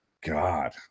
God